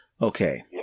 Okay